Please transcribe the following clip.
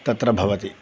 तत्र भवति